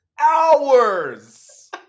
HOURS